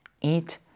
eat